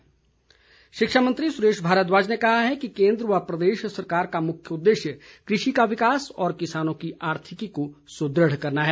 भारद्वाज शिक्षा मंत्री सुरेश भारद्वाज ने कहा है कि केन्द्र व प्रदेश सरकार का मुख्य उद्देश्य कृषि का विकास और किसानों की आर्थिकी को सुदृढ़ करना है